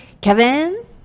Kevin